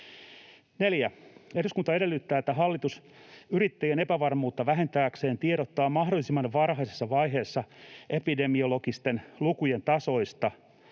4. Eduskunta edellyttää, että hallitus yrittäjien epävarmuutta vähentääkseen tiedottaa mahdollisimman varhaisessa vaiheessa epidemiologisten lukujen tasoista,